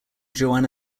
joanna